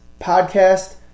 podcast